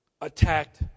attacked